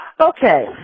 Okay